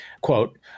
Quote